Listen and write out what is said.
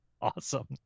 Awesome